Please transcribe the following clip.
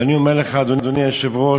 ואני אומר לך, אדוני היושב-ראש,